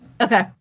Okay